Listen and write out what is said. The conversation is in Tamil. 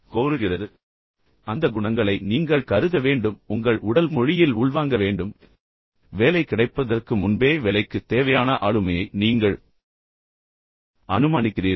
எனவே அந்த குணங்களை நீங்கள் கருத வேண்டும் உங்கள் உடல் மொழியில் உள்வாங்க வேண்டும் மேலும் வேலை கிடைப்பதற்கு முன்பே வேலைக்குத் தேவையான ஆளுமையை நீங்கள் அனுமானிக்கிறீர்கள்